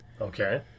Okay